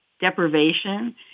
deprivation